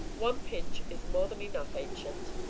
one pinch is more than enough, ancient.